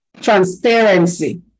transparency